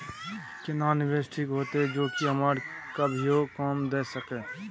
केना निवेश ठीक होते जे की हमरा कभियो काम दय सके?